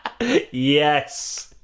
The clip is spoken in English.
yes